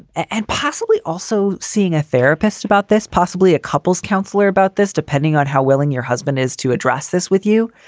and possibly also seeing a therapist about this, possibly a couples counsellor about this, depending on how willing your husband is to address this with you.